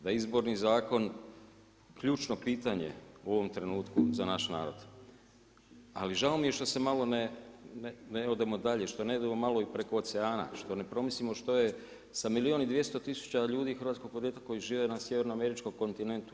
Da izborni zakon, ključno pitanje u ovom trenutku za naš narod, ali žao mi je što malo ne odemo dalje, što ne idemo malo i preko oceana, što ne promislimo što je sa milijun i 200 tisuća ljudi hrvatskog podrijetla koji žive na Sjeverno američkom kontinentu.